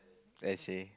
let's say